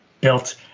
built